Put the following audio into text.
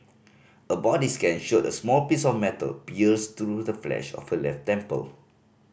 a body scan showed a small piece of metal pierced through the flesh of her left temple